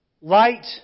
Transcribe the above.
light